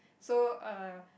so err